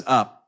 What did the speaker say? up